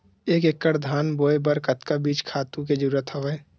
एक एकड़ धान बोय बर कतका बीज खातु के जरूरत हवय?